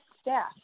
staff